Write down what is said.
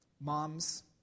moms